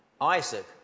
Isaac